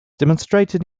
demonstrated